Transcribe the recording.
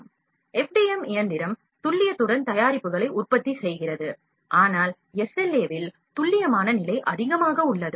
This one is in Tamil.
FDM மற்றும் SLA பற்றி FDM இயந்திரம் துல்லியத்துடன் தயாரிப்புகளை உற்பத்தி செய்கிறது ஆனால் SLA இல் துல்லியமான நிலை அதிகமாக உள்ளது